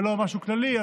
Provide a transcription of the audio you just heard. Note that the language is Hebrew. ולא משהו כללי.